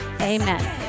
amen